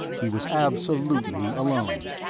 he was absolutely alone.